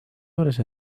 juures